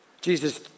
Jesus